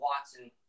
Watson